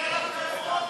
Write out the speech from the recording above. שיהיה לכם אומץ.